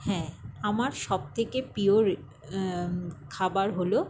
হ্যাঁ আমার সবথেকে প্রিয় খাবার হলো